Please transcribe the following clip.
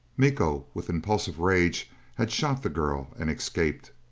miko, with impulsive rage had shot the girl and escaped.